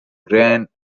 grand